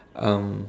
um